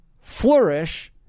Flourish